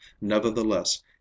Nevertheless